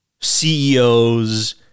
CEOs